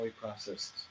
processed